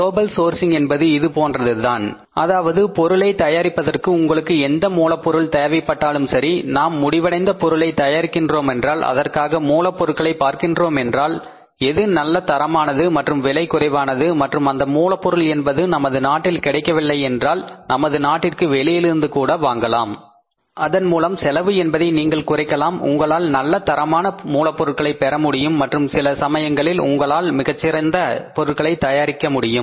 global sourcing என்பது இது போன்று தான் இருக்கும் அதாவது பொருளை தயாரிப்பதற்கு உங்களுக்கு எந்த மூலப் பொருள் தேவைபட்டாலும் சரி நாம் முடிவடைந்த பொருளை தயாரிக்கிறோம் என்றால் அதற்காக மூலப்பொருட்களை பார்க்கிறோமென்றால் எது நல்ல தரமானது மற்றும் விலை குறைவானது மற்றும் அந்த மூலப்பொருள் என்பது நமது நாட்டில் கிடைக்கவில்லையென்றால் நமது நாட்டிற்கு வெளியிலிருந்து கூட வாங்கலாம் அதனை இறக்குமதி செய்து கொள்ளலாம் பிறகு அதனைக் கொண்டு வரலாம் அதன்மூலம் செலவு என்பதை நீங்கள் குறைக்கலாம் உங்களால் நல்ல தரமான மூலப்பொருட்களை பெற முடியும் மற்றும் சில சமயங்களில் உங்களால் மிகச்சிறந்த பொருட்களை தயாரிக்க முடியும்